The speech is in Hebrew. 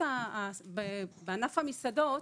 בענף המסעדות,